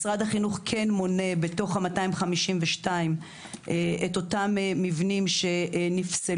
משרד החינוך כן מונה בתוך אותם 252 את המבנים שנפסלו,